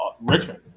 richmond